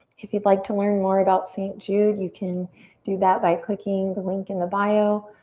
if you'd like to learn more about st. jude you can do that by clicking the link in the bio.